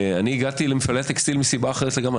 אני הגעתי למפעלי הטקסטיל מסיבה אחרת לגמרי,